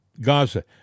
Gaza